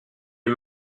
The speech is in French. est